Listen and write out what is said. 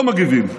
לא מגיבים,